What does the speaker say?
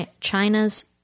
China's